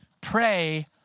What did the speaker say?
Pray